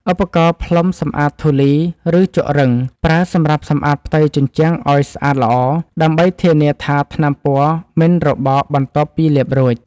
ឧបករណ៍ផ្លុំសម្អាតធូលី ឬជក់រឹង ប្រើសម្រាប់សម្អាតផ្ទៃជញ្ជាំងឱ្យស្អាតល្អ ដើម្បីធានាថាថ្នាំពណ៌មិនរបកបន្ទាប់ពីលាបរួច។